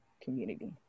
community